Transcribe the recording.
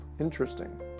Interesting